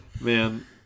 Man